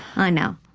i know.